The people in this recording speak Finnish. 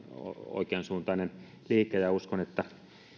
oikeansuuntainen liike ja uskon että